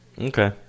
Okay